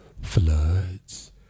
floods